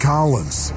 Collins